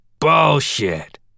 Bullshit